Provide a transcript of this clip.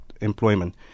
employment